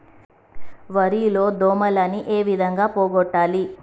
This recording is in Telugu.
వరి లో దోమలని ఏ విధంగా పోగొట్టాలి?